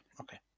Okay